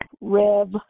Rev